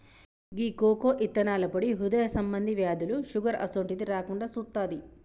గీ cocoa ఇత్తనాల పొడి హృదయ సంబంధి వ్యాధులు, షుగర్ అసోంటిది రాకుండా సుత్తాది